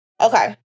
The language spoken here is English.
Okay